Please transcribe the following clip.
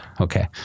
Okay